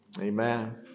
Amen